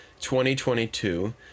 2022